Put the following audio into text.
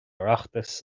oireachtas